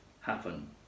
happen